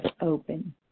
open